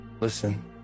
Listen